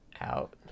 out